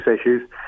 issues